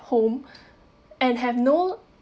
home and have no